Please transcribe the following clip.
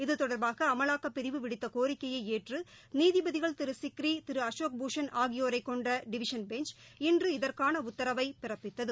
இது தொடர்பாக அமலாக்கப் பிரிவு விடுத்த கோரிக்கையை ஏற்று நீதிபதிகள் திரு சிக்ரி திரு அசோக்பூஷன் ஆகியோரைக் கொண்ட டிவிஷன் பெஞ்ச் இன்று இதற்கான உத்தரவை பிறப்பித்தது